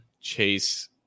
Chase